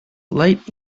late